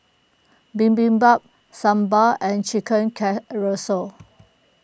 Bibimbap Sambar and Chicken